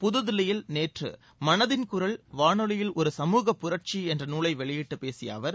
புதுதில்லியில் நேற்று மனதின் குரல் வானொலியில் ஒரு சமூகப் புரட்சி என்ற நூலை வெளியிட்டுப் பேசிய அவர்